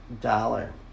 dollar